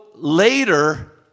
Later